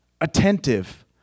attentive